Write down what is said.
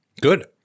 Good